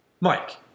Mike